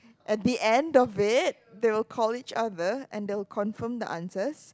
at the end of it they will call each other and they will confirm the answers